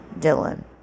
Dylan